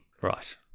Right